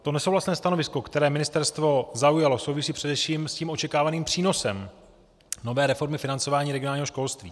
To nesouhlasné stanovisko, které ministerstvo zaujalo, souvisí především s očekávaným přínosem nové reformy financování regionálního školství.